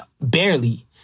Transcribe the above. barely